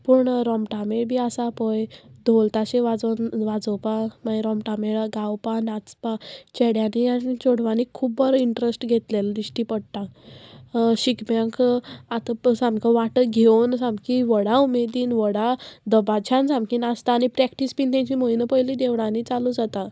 पूण रोमटामेळ बी आसा पय धोल ताशे वाजोवन वाजोवपाक मागीर रोमटामेळा गावपा नाचपा चेड्यांनी आनी चोडवांनी खूब बरो इंट्रस्ट घेतलेले दिश्टी पडटा शिगम्याक आतां सामको वाटो घेवन सामकी व्हडा उमेदीन व्हडा दबाच्यान सामकी नाचता आनी प्रॅक्टीस बीन तेंची म्हयनो पयलीं देवळांनी चालू जाता